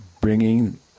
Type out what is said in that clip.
bringing